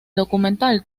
documental